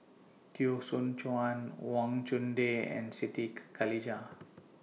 Teo Soon Chuan Wang Chunde and Siti Khalijah